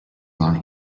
lie